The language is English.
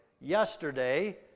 yesterday